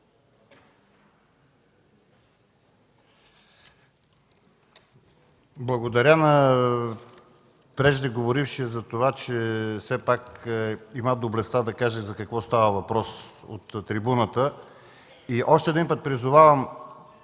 Благодаря на преждеговорившия за това, че все пак имá доблестта да каже за какво става въпрос от трибуната. Още един път призовавам,